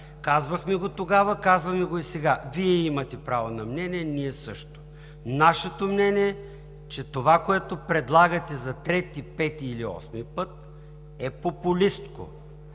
Казвахме го тогава, казваме го и сега. Вие имате право на мнение, ние – също. Нашето мнение е, че това, което предлагате за трети, пети или осми път, е популистко